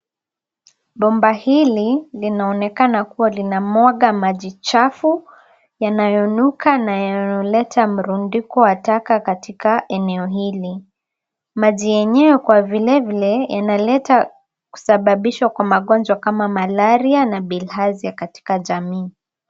Bomba hili linaonekana kuwa linamwaga maji chafu yanayonuka na yanayoleta mrundiko wa taka katika eneo hili maji yenyewe kwa vilevile yanaleta kusababishwa kwa magonjwa kama vile malaria na Bilharzia (cs) Katika jamii.